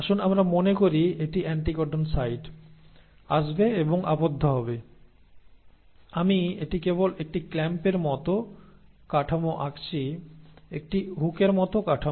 আসুন আমরা মনে করি এটি অ্যান্টিকোডন সাইট আসবে এবং আবদ্ধ হবে আমি এটি কেবল একটি ক্ল্যাম্পের মতো কাঠামো আঁকছি একটি হুকের মতো কাঠামো